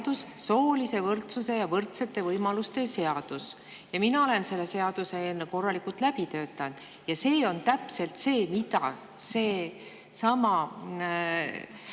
soolise võrdsuse ja võrdsete võimaluste seadus. Mina olen selle seaduseelnõu korralikult läbi töötanud, ja see on täpselt see, mida seesama